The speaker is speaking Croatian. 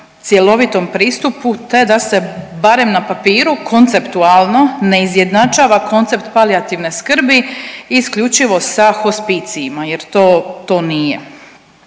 cjelovitom pristupu te da se barem na papiru konceptualno ne izjednačava koncept palijativne skrbi isključivo sa hospicijima jer to nije.